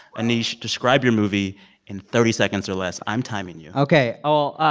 aneesh, describe your movie in thirty seconds or less. i'm timing you ok. oh,